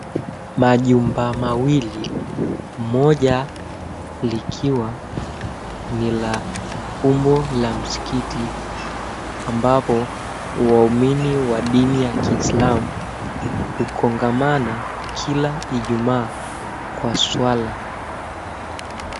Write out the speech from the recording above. Majumba mawili moja likiwa ni la umbo la msikiti ambapo waumini wa dini ya kiislamu hukongamana kila ijumaa kwa swala.